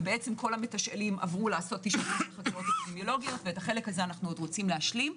וכל המתשאלים עברו לעשות אפידימיולוגיות ואת החלק הזה אנו רוצים להשלים.